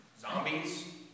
zombies